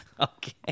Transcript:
Okay